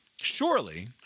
surely